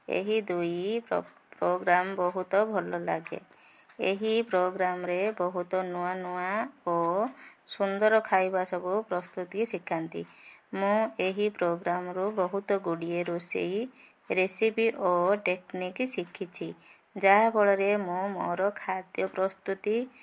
ଏହି ଦୁଇ ପ୍ରୋଗ୍ରାମ୍ ବହୁତ ଭଲ ଲାଗେ ଏହି ପ୍ରୋଗ୍ରାମ୍ରେ ବହୁତ ନୂଆ ନୂଆ ଓ ସୁନ୍ଦର ଖାଇବା ସବୁ ପ୍ରସ୍ତୁତି ଶିଖାନ୍ତି ମୁଁ ଏହି ପ୍ରୋଗ୍ରାମ୍ରୁ ବହୁତଗୁଡ଼ିଏ ରୋଷେଇ ରେସିପି ଓ ଟେକ୍ନିକ୍ ଶିଖିଛି ଯାହାଫଳରେ ମୁଁ ମୋର ଖାଦ୍ୟ ପ୍ରସ୍ତୁତି